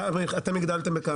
אתם הגדלתם בכמה?